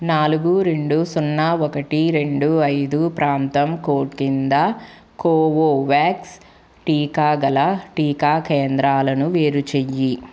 నాలుగు రెండు సున్నా ఒకటి రెండు ఐదు ప్రాంతం కోడ్ కింద కోవోవాక్స్ టీకా గల టీకా కేంద్రాలను వేరు చెయ్యి